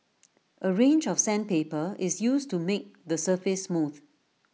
A range of sandpaper is used to make the surface smooth